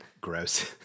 Gross